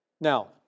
Now